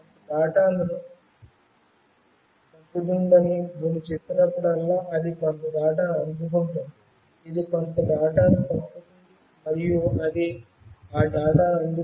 ఇది కొంత డేటాను పంపుతుందని నేను చెప్పినప్పుడల్లా అది కొంత డేటాను అందుకుంటుంది ఇది కొంత డేటాను పంపుతుంది మరియు అది ఆ డేటాను అందుకుంటుంది